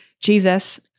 Jesus